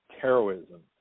terrorism